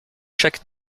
chaque